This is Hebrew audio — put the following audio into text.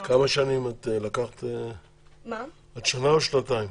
את שנה או שנתיים?